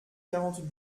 quarante